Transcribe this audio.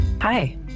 Hi